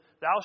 thou